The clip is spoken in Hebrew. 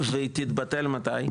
והיא תתבטל מתי?